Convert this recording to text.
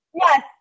Yes